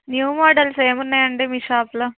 new models ఏమి ఉన్నాయండి మీ షాప్లో